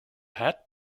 hat